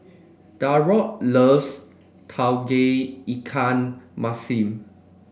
Darold loves Tauge Ikan Masin